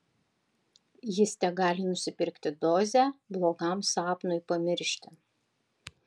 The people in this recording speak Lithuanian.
jis tegali nusipirkti dozę blogam sapnui pamiršti